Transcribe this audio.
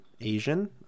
Asian